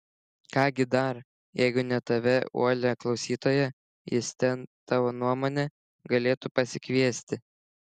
ką gi dar jeigu ne tave uolią klausytoją jis ten tavo nuomone galėtų pasikviesti